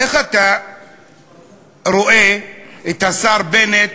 איך אתה רואה את השר בנט